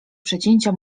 przecięcia